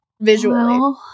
visually